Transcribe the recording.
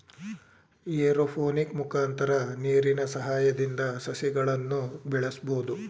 aeroponic ಮುಖಾಂತರ ನೀರಿನ ಸಹಾಯದಿಂದ ಸಸಿಗಳನ್ನು ಬೆಳಸ್ಬೋದು